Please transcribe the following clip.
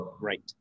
Right